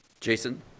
Jason